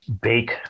bake